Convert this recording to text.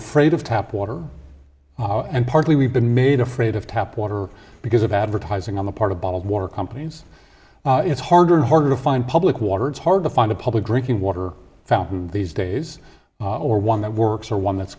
afraid of tap water and partly we've been made afraid of tap water because of advertising on the part of bottled water companies it's harder and harder to find public water it's hard to find a public drinking water fountain these days or one that works or one that's